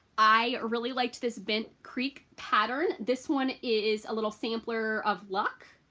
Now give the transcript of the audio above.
i really liked this bent creek pattern this one is a little sampler of luck,